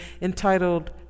entitled